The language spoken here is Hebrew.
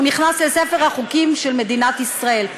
והוא נכנס לספר החוקים של מדינת ישראל.